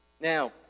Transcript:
Now